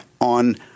on